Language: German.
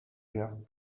her